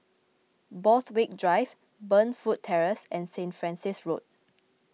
Borthwick Drive Burnfoot Terrace and Saint Francis Road